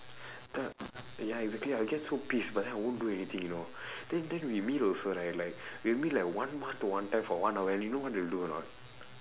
ya ya exactly I will get so piss but then I won't do anything you know then then we meet also right like we'll meet like one month one time for one hour and then you know what we'll do or not